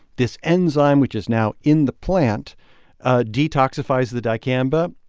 this enzyme which is now in the plant ah detoxifies the dicamba.